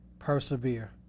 persevere